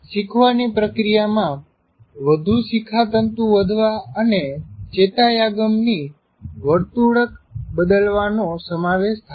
શીખવાની પ્રક્રીયા માં વધુ શીખાતંતુ વધવા અને ચેતોયાગામ ની વર્તુળક બદલવાનો સમાવેશ થાય છે